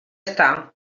està